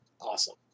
awesome